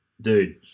Dude